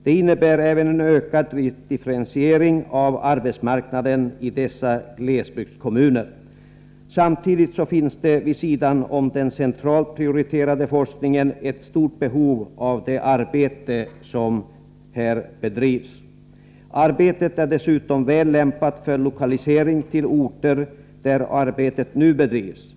Det innebär även en ökad differentiering av arbetsmarknaden i dessa glesbygdskommuner. Samtidigt finns det, vid sidan om den centralt prioriterade forskningen, ett stort behov av det arbete som här bedrivs. Arbetet är dessutom väl lämpat för lokalisering till de orter där arbetet nu bedrivs.